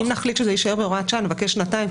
אם נחליט שזה יישאר בהוראת שעה נבקש שנתיים,